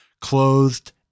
clothed